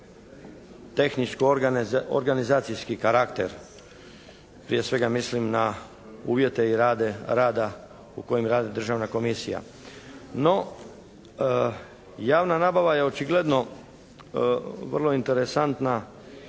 tehničko-organizacijski karakter. Prije svega mislim na uvjete rada u kojim radi Državna komisija. No, javna nabava je očigledno vrlo interesantna